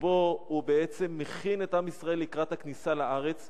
ובו הוא מכין את עם ישראל לקראת הכניסה לארץ.